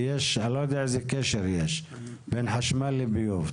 כי אני לא יודע איזה קשר יש בין חשמל לביוב,